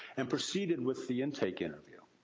and proceeded with the intake interview.